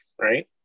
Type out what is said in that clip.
right